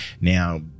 Now